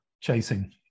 Chasing